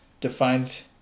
defines